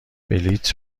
بلیط